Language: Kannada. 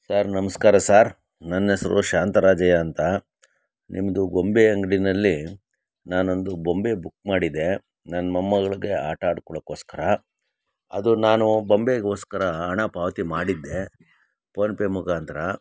ಸಾರ್ ನಮಸ್ಕಾರ ಸಾರ್ ನನ್ನ ಹೆಸರು ಶಾಂತರಾಜೇಯ ಅಂತ ನಿಮ್ಮದು ಗೊಂಬೆಯಂಗಡಿನಲ್ಲಿ ನಾನೊಂದು ಬೊಂಬೆ ಬುಕ್ ಮಾಡಿದ್ದೆ ನನ್ನ ಮೊಮ್ಮಗ್ಳಿಗೆ ಆಟ ಆಡ್ಕೊಳ್ಳೋಕ್ಕೋಸ್ಕರ ಅದು ನಾನು ಬೊಂಬೆಗೋಸ್ಕರ ಹಣ ಪಾವತಿ ಮಾಡಿದ್ದೆ ಪೋನ್ಪೇ ಮುಖಾಂತರ